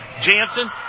Jansen